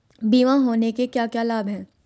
बीमा होने के क्या क्या लाभ हैं?